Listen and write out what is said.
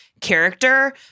character